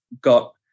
got